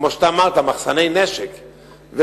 כמו שאתה אמרת, מחסני נשק ובית-ספר.